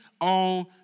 on